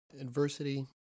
adversity